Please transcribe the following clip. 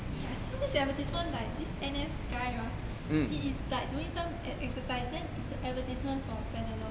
eh I saw this advertisement like this N_S guy ah he is like doing some exercise then is an advertisement for Panadol